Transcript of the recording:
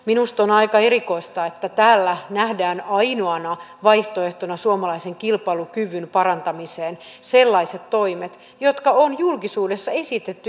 minusta on aika erikoista että täällä nähdään suomalaisen kilpailukyvyn parantamiseen ainoana vaihtoehtona sellaiset toimet jotka on julkisuudessa esitetty jo